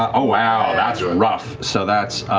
ah oh wow, that's ah and rough. so that's